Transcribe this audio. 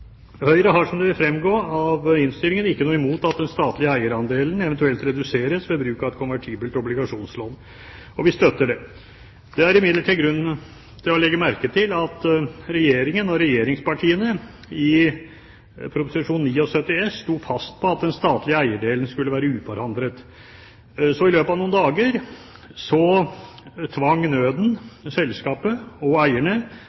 Høyre har, som det vil fremgå av innstillingen, ikke noe imot at den statlige eierandelen eventuelt reduseres ved bruk av et konvertibelt obligasjonslån, og vi støtter det. Det er imidlertid grunn til å legge merke til at Regjeringen og regjeringspartiene, i Prop. 79 S, sto fast på at den statlige eierandelen skulle være uforandret. Så i løpet av noen dager tvang nøden selskapet og eierne